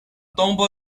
tombo